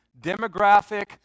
demographic